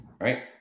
right